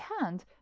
hand